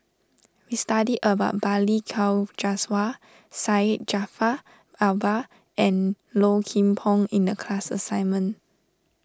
we study about Balli Kaur Jaswal Syed Jaafar Albar and Low Kim Pong in the class assignment